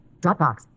Dropbox